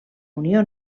unió